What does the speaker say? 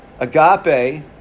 Agape